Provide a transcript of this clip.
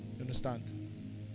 understand